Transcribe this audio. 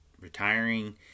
retiring